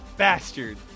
bastard